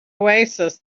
oasis